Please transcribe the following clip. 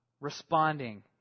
Responding